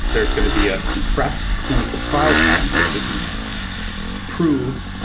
there's going to be a compressed clinical trial time so that we can prove,